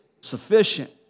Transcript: sufficient